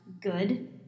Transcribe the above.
good